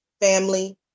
Family